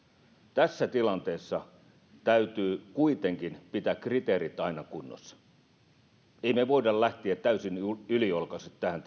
tässä tilanteessa täytyy kuitenkin pitää kriteerit aina kunnossa emme me voi lähteä täysin yliolkaisesti tähän